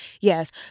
Yes